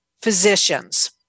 physicians